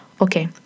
Okay